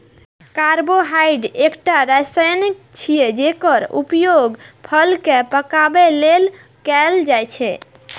carbide एकटा रसायन छियै, जेकर उपयोग फल कें पकाबै लेल कैल जाइ छै